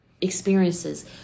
experiences